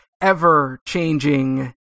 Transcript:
ever-changing